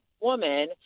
woman